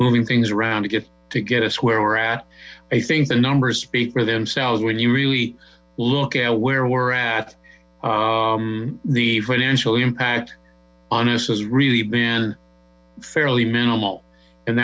moving things around to get us where we're at i think the numbers speak for themselves when you really look at where we're at the financial imact on us has really been fairly minimal and